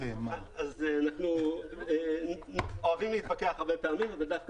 אנחנו אוהבים להתווכח הרבה פעמים אבל דווקא